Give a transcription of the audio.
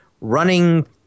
running